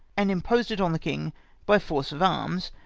and imposed it on the king by force of arms,